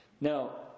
Now